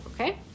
okay